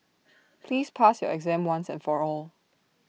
please pass your exam once and for all